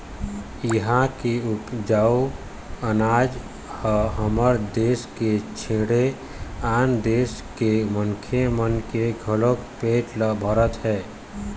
इहां के उपजाए अनाज ह हमर देस के छोड़े आन देस के मनखे मन के घलोक पेट ल भरत हे